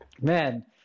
Man